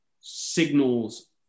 signals